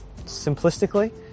simplistically